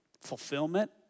fulfillment